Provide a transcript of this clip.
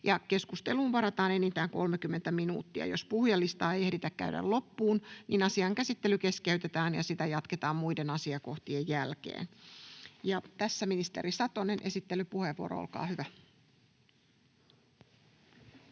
Keskusteluun varataan enintään 30 minuuttia. Jos puhujalistaa ei ehditä käydä loppuun, asian käsittely keskeytetään ja sitä jatketaan muiden asiakohtien jälkeen. — Ministeri Satonen, esittelypuheenvuoro, olkaa hyvä.